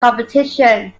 competition